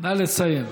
נא לסיים.